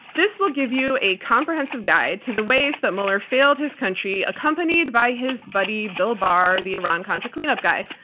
this will give you a comprehensive guide to the ways that mueller failed his country. accompanied by his buddy, bill barr, the iran contra cleanup guy.